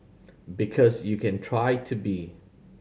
because you can try to be